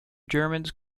germans